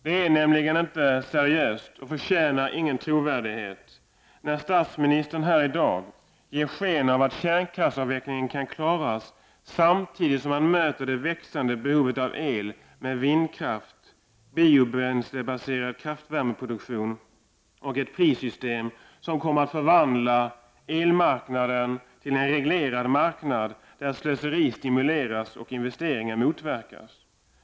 Det är nämligen inte seriöst och förtjänar ingen trovärdighet när statsministern här i dag ger sken av att kärnkraftsavvecklingen kan genomföras samtidigt som man möter det växande behovet av el med vindkraft, biobränslebaserad kraftvärmeproduktion och ett prissystem som kommer att förvandla elmarknaden till en reglerad marknad där slöseri stimuleras och investeringar motverkas.